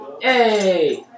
Hey